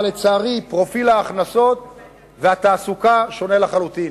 אבל לצערי פרופיל ההכנסות והתעסוקה שונה לחלוטין,